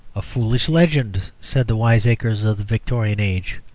a foolish legend said the wiseacres of the victorian age.